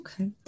Okay